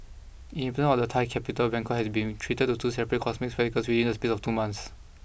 inhabitants of the Thai capital Bangkok have been treated to two separate cosmic spectacles within the space of two months